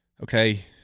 okay